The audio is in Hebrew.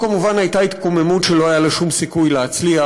זו כמובן הייתה התקוממות שלא היה לה שום סיכוי להצליח.